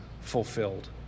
fulfilled